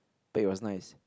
but it was nice